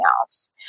else